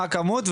מהי הכמות?